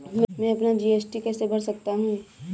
मैं अपना जी.एस.टी कैसे भर सकता हूँ?